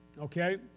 okay